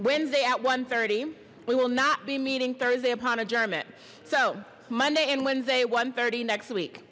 wednesday at one thirty we will not be meeting thursday upon adjournment so monday and wednesday one thirty next week